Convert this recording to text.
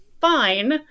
fine